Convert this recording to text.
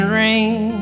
rain